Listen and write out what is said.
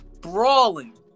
brawling